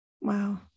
wow